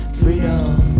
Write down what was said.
freedom